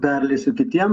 perleisiu kitiem